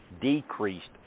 decreased